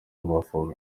amavubi